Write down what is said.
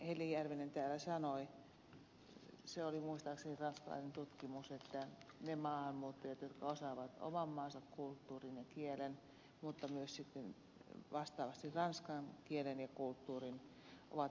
heli järvinen täällä sanoi se oli muistaakseni ranskalainen tutkimus ne maahanmuuttajat jotka osaavat oman maansa kulttuurin ja kielen mutta myös sitten vastaavasti ranskan kielen ja kulttuurin ovat parhaiten kotoutuneet